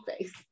face